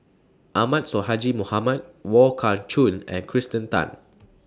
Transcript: Ahmad Sonhadji Mohamad Wong Kah Chun and Kirsten Tan